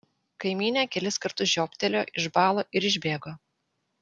kaimynė kelis kartus žiobtelėjo išbalo ir išbėgo